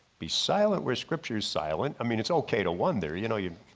be silent where scriptures silent. i mean it's okay to one there you know you